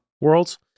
worlds